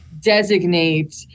designate